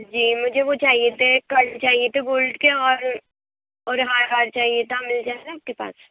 جی مجھے وہ چاہئے تھے کڑے چاہئے تھے گولڈ کے اور اور ہار وار چاہئے تھا مل جائیں گے آپ کے پاس